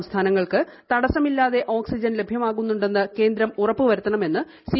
സംസ്ഥാനങ്ങൾക്ക് തടസ്സമില്ലാതെ ഓക്സിജൻ ലഭ്യമാകുന്നുണ്ടെന്ന് കേന്ദ്രം ഉറപ്പുവരുത്തണമെന്ന് സി